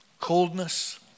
Coldness